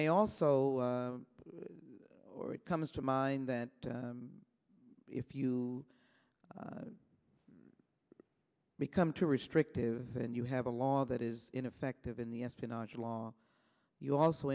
may also or it comes to mind that if you become too restrictive and you have a law that is ineffective in the espionage law you also